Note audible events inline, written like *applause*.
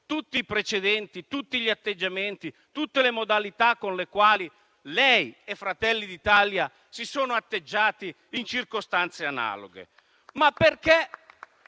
tutti i precedenti, tutti gli atteggiamenti, tutte le modalità con i quali lei e Fratelli d'Italia si sono comportati in circostanze analoghe. *applause*